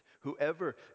Whoever